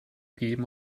geben